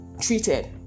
treated